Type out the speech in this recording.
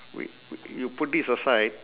we we you put this aside